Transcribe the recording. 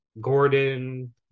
gordon